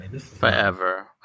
forever